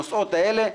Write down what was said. הנוסעות האלה,